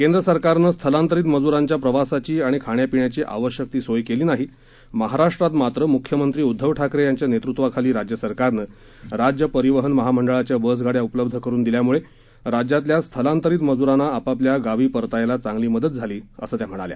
केंद्र सरकारनं स्थलांतरित मजुरांच्या प्रवासाची आणि खाण्या पिण्याची आवश्यक ती सोय केली नाही महाराष्ट्रात मात्र मुख्यमंत्री उद्दव ठाकरे यांच्या नेतुत्वाखाली राज्य सरकारनं राज्य परिवहन महामंडळाच्या बसगाड्या उपलब्ध करून दिल्यामुळे राज्यातल्या स्थलांतरित मजूरांना आपापल्या गावी परतायला चांगली मदत झाली असं त्या म्हणाल्या